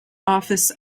office